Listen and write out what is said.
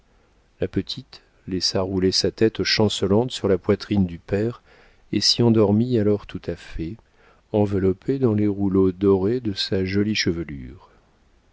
la petite laissa rouler sa tête chancelante sur la poitrine du père et s'y endormit alors tout à fait enveloppée dans les rouleaux dorés de sa jolie chevelure